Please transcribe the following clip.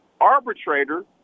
arbitrator